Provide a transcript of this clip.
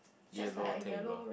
yellow table